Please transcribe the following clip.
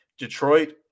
Detroit